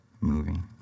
moving